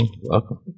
welcome